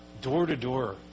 door-to-door